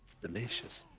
Delicious